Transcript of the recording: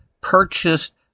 purchased